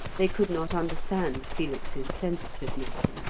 they could not understand felix's sensitiveness.